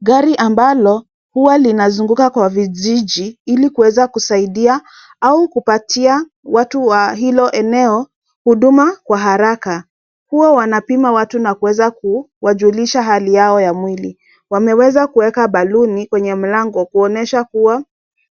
Gari ambalo huwa linazunguka kwa vijiji ili kuweza kusaidia au kupatia watu wa hilo eneo huduma kwa haraka. Huwa wanapima watu na kuweza kuwajulisha hali yao ya mwili. Wameweza kuweka baluni kwenye mlango kuonyesha kuwa